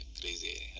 crazy